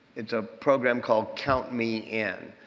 it's a program called count me in.